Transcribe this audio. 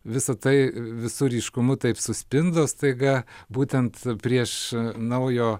visa tai visu ryškumu taip suspindo staiga būtent prieš naujo